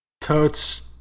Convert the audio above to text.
Totes